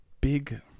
big